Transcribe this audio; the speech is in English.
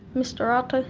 mr ratu.